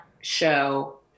show